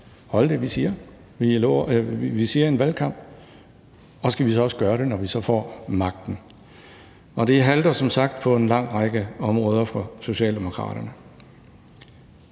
holde det, vi siger i en valgkamp, også når vi får magten? Det halter som sagt på en lang række områder for Socialdemokraterne.